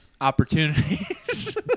Opportunities